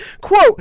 quote